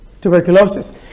tuberculosis